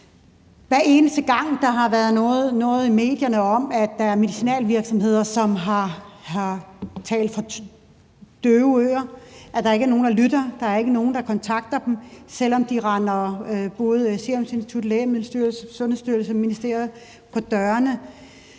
Hver eneste gang der har været noget i medierne om, at der er medicinalvirksomheder, som har talt for døve øren, at der ikke er nogen, der lytter, at der ikke er nogen, der kontakter dem, selv om de render både Statens Serum Institut, Lægemiddelstyrelsen, Sundhedsstyrelsen og ministerier på dørene,